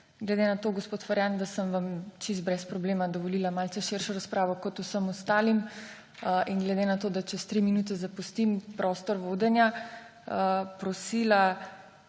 glede na to, gospod Ferjan, da sem vam čisto brez problema dovolila malce širšo razpravo, enako kot vsem ostalim, in glede na to, da čez tri minute zapustim prostor vodenja, prosila